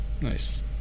Nice